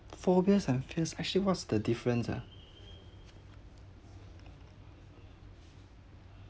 phobias and fears actually what's the difference ah